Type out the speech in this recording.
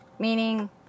meaning